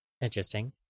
Interesting